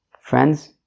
Friends